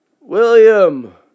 William